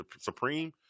Supreme